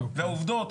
והעובדות,